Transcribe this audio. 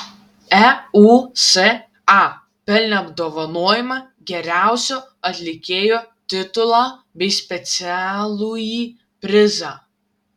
eusa pelnė apdovanojimą geriausio atlikėjo titulą bei specialųjį prizą